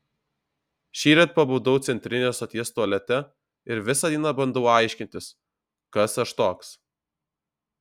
šįryt pabudau centrinės stoties tualete ir visą dieną bandau aiškintis kas aš toks